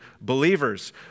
believers